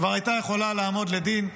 כבר הייתה יכולה לעמוד לדין.